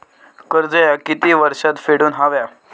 कर्ज ह्या किती वर्षात फेडून हव्या?